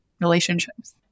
relationships